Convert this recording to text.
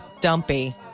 dumpy